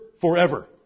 forever